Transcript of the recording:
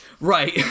Right